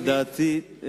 לדעתי,